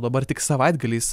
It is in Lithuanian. dabar tik savaitgaliais